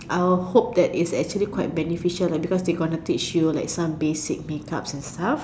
I'll hope that it's actually quite beneficial and because they are going to teach you like some basic makeups and stuff